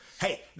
hey